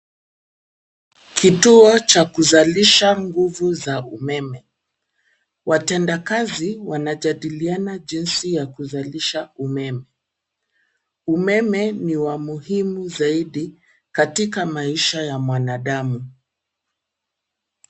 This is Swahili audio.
Kituo cha kuzalisha nguvu za umeme, watenda kazi wanajadiliana jinsi ya kuzalisha umeme. Umeme ni wa muhimu zaidi katika maisha ya mwanadamu.